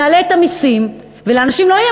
נעלה את המסים, ולאנשים לא יהיה